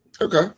Okay